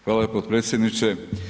Hvala potpredsjedniče.